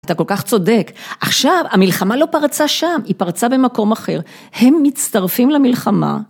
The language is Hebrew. אתה כל כך צודק עכשיו המלחמה לא פרצה שם היא פרצה במקום אחר הם מצטרפים למלחמה